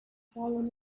fallen